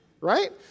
Right